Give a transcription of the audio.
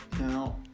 Now